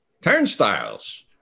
turnstiles